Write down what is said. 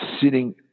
sitting